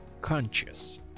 conscious